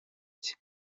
cye